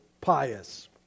pious